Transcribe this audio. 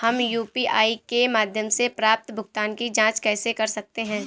हम यू.पी.आई के माध्यम से प्राप्त भुगतान की जॉंच कैसे कर सकते हैं?